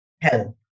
help